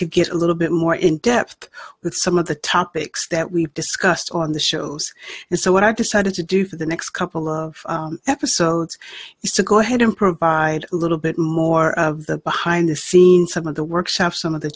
could get a little bit more in depth with some of the topics that we've discussed on the shows and so what i decided to do for the next couple of episodes is to go ahead and provide a little bit more of the behind the scenes some of the workshops some of the